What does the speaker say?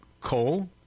coal